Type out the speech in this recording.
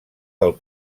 del